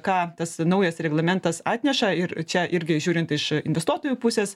ką tas naujas reglamentas atneša ir čia irgi žiūrint iš investuotojų pusės